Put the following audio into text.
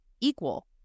equal